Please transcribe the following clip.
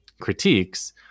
critiques